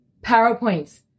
PowerPoints